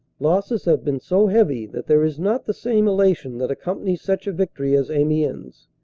losses have been so heavy that there is not the same elation that accompanies such a victory as amiens.